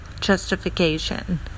justification